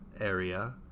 area